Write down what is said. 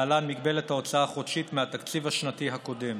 להלן: מגבלת ההוצאה החודשית, מהתקציב השנתי הקודם,